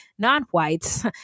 non-whites